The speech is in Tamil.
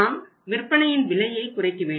நாம் விற்பனையின் விலையை குறைக்க வேண்டும்